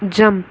jump